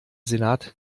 senat